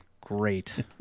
great